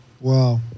Wow